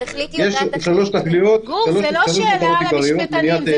יש שלוש תכליות -- גור, זאת לא שאלה למשפטנים.